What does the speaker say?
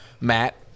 Matt